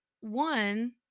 one